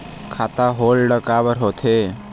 खाता होल्ड काबर होथे?